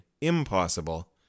impossible